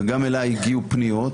וגם אלי הגיעו פניות